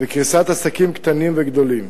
וקריסת עסקים קטנים וגדולים.